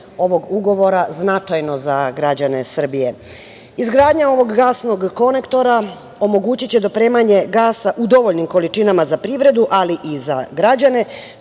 ovog ugovora značajno za građane Srbije. Izgradnja ovog gasnog konektora omogućiće dopremanje gasa u dovoljnim količinama za privredu, ali i za građane,